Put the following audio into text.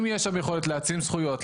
אם יש שם יכולת להעצים זכויות,